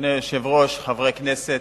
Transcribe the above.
אדוני היושב-ראש, חברי הכנסת,